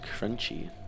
Crunchy